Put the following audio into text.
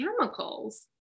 chemicals